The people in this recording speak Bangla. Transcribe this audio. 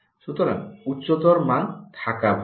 সুতরাং উচ্চতর মান থাকা ভাল